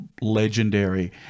legendary